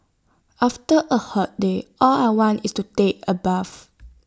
after A hot day all I want is to take A bath